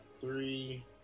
three